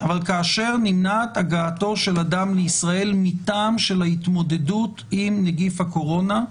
כאשר נמנעת הגעתו של אדם לישראל מטעם של התמודדות עם נגיף הקורונה,